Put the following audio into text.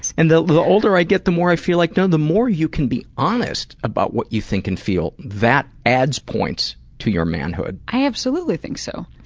and the the older i get the more i feel like no, the more you can be honest about what you think and feel, that adds points to your manhood. i absolutely think so.